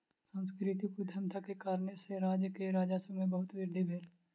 सांस्कृतिक उद्यमिता के कारणेँ सॅ राज्य के राजस्व में बहुत वृद्धि भेल